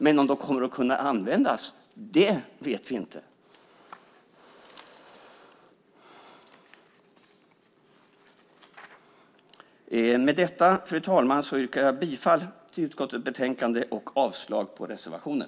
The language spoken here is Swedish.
Men om de kommer att kunna användas vet vi inte. Fru talman! Med detta yrkar jag bifall till utskottets förslag i betänkandet och avslag på reservationen.